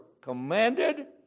commanded